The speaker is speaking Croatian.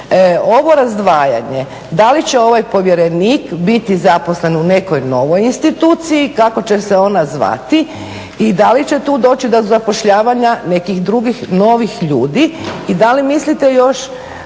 ovo razdvajanje, da li će ovaj Povjerenik biti zaposlen u nekoj novo instituciji kako će se ona zvati i da li će tu doći do zapošljavanja nekih drugih novih ljudi i da li mislite još